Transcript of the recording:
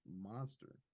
monster